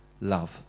Love